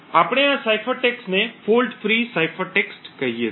આપણે આ ciphertext ને ફોલ્ટ ફ્રી સાઇફર ટેક્સ્ટ કહીએ છીએ